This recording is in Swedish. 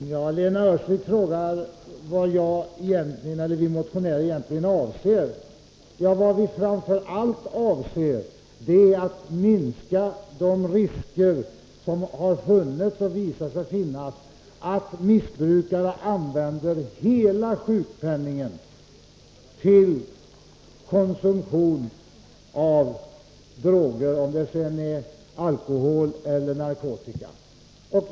Fru talman! Lena Öhrsvik frågar vad vi motionärer egentligen avser. Ja, vad vi framför allt avser är att minska de risker som har visat sig finnas att missbrukare använder hela sjukpenningen till konsumtion av droger — alkohol eller narkotika.